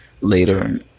later